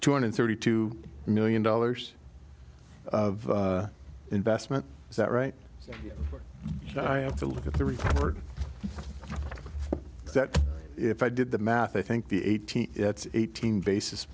two hundred thirty two million dollars of investment is that right so i have to look at the report that if i did the math i think the eighteen it's eighteen basis